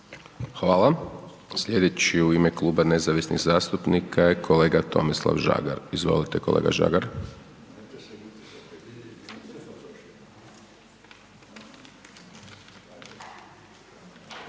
(SDP)** Slijedeći u ime Kluba nezavisnih zastupnika je kolega Tomislav Žagar. Izvolite kolega Žagar.